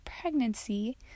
pregnancy